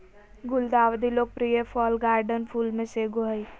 गुलदाउदी लोकप्रिय fall garden फूल में से एगो हइ